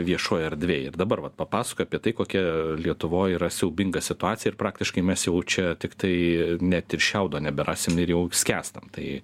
viešoj erdvėj ir dabar vat papasakojo apie tai kokia lietuvoj yra siaubinga situacija ir praktiškai mes jau čia tiktai net ir šiaudo neberasim ir jau skęstam tai